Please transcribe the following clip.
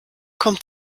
kommt